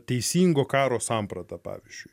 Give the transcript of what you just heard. teisingo karo samprata pavyzdžiui